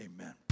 amen